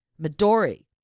Midori